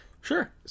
Sure